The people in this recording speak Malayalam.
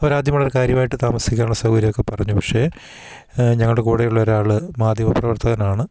അവരാദ്യം വളരെ കാര്യമായിട്ട് താമസിക്കാന് ഉള്ള സൗകര്യമൊക്കെ പറഞ്ഞു പക്ഷേ ഞങ്ങളുടെ കൂടെയുള്ള ഒരാൾ മാധ്യമ പ്രവർത്തകനാണ്